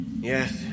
Yes